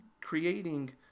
creating